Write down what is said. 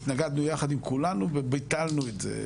התנגדנו יחד עם כולנו וביטלנו את זה.